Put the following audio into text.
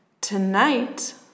Tonight